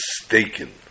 mistaken